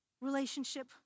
relationship